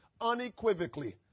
unequivocally